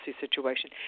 situation